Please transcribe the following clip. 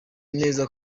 neza